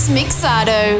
Mixado